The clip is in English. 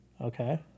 Okay